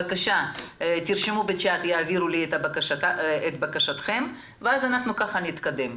בבקשה תרשמו בצ'ט ויעבירו לי את בקשתכם וכך נתקדם.